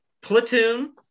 platoon